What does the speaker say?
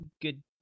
good